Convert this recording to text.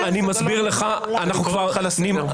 יואב סגלוביץ', אני קורא אותך לסדר.